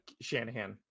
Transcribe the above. Shanahan